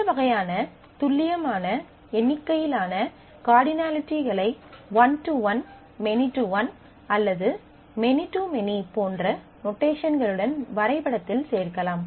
இந்த வகையான துல்லியமான எண்ணிக்கையிலான கார்டினலிகளை one to one many to one அல்லது மெனி டு மெனி போன்ற நொட்டேஷன்களுடன் வரைபடத்தில் சேர்க்கலாம்